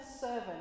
servant